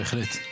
בהחלט.